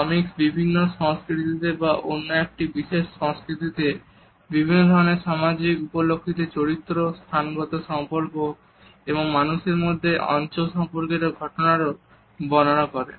proxemics বিভিন্ন সংস্কৃতিতে বা কোন একটি বিশেষ সংস্কৃতিতে বিভিন্ন ধরনের সামাজিক উপলক্ষতে চরিত্র স্থানগত সম্পর্ক এবং মানুষের মধ্যে অঞ্চল সম্পর্কিত ঘটনারও বর্ণনা করে